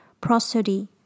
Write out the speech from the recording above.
prosody